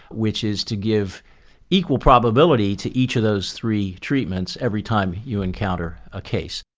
which is to give equal probability to each of those three treatments every time you encounter a case,